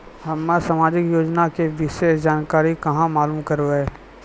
हम्मे समाजिक योजना के विशेष जानकारी कहाँ मालूम करबै?